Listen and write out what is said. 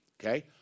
Okay